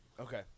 Okay